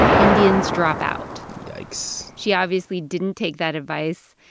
indians drop out. yikes she obviously didn't take that advice.